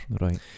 Right